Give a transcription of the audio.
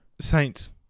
Saints